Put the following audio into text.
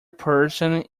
person